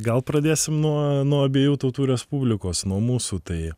gal pradėsiu nuo nuo abiejų tautų respublikos nuo mūsų tai